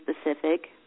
specific